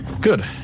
Good